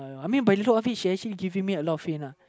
I mean by she actually giving me a lot of uh